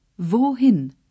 Wohin